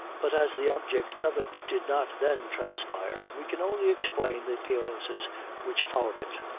but as the object of it did not then transpire, we can only explain the appearances which followed it,